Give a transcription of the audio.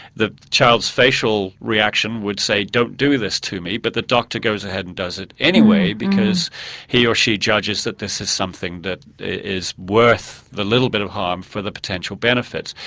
the child's facial reaction would say don't do this to me but the doctor goes ahead and does it anyway because he or she judges this is something that is worth the little bit of harm for the potential benefit.